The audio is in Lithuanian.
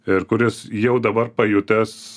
ir kuris jau dabar pajutęs